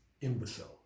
imbecile